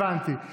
הבנתי.